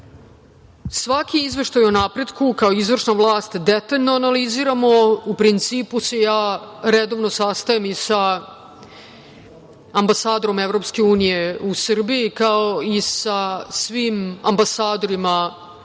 izveštaj o napretku, kao izvršna vlast detaljno analiziramo. U principu, ja se redovno sastajem i sa ambasadorom EU u Srbiji, kao i sa svim ambasadorima